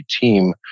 team